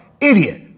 Idiot